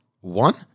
one